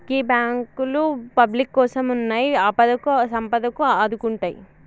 గీ బాంకులు పబ్లిక్ కోసమున్నయ్, ఆపదకు సంపదకు ఆదుకుంటయ్